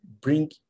bring